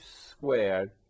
squared